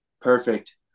Perfect